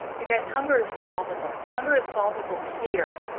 you guys, hunger is solvable. hunger is solvable here.